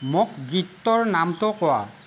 মোক গীতটোৰ নামটো কোৱা